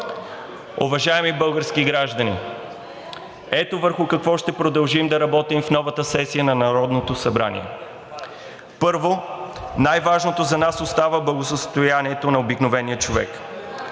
Уважаеми български граждани, ето върху какво ще продължим да работим в новата сесия на Народното събрание: Първо, най-важното за нас остава благосъстоянието на обикновения човек.